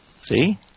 See